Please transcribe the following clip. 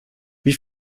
wie